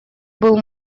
был